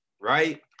right